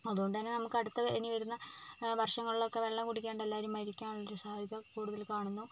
അതുകൊണ്ട് തന്നെ നമുക്ക് അടുത്ത ഇനി വരുന്ന വർഷങ്ങളിലൊക്കെ വെള്ളം കുടിക്കാണ്ട് എല്ലാവരും മരിക്കാനുള്ള ഒരു സാധ്യത കൂടുതൽ കാണുന്നു